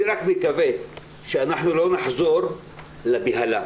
אני רק מקווה שלא נחזור לבהלה.